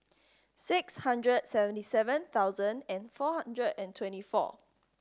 six hundred seventy seven thousand and four hundred and twenty four